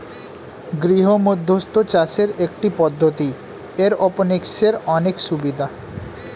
গৃহমধ্যস্থ চাষের একটি পদ্ধতি, এরওপনিক্সের অনেক সুবিধা